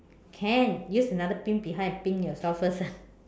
can use another pin behind and pin yourself first